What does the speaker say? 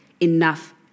enough